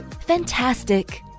fantastic